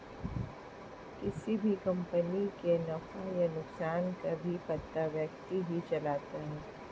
किसी भी कम्पनी के नफ़ा या नुकसान का भी पता वित्त ही चलता है